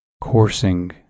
coursing